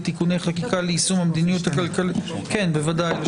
(תיקוני חקיקה ליישום המדיניות הכלכלית לשנות